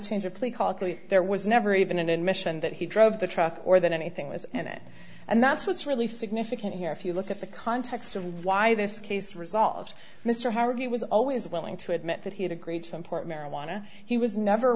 change of plea there was never even an admission that he drove the truck or that anything was in it and that's what's really significant here if you look at the context of why this case resolved mr harvey was always willing to admit that he had agreed to import marijuana he was never